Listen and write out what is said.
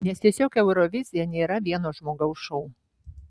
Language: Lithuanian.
nes tiesiog eurovizija nėra vieno žmogaus šou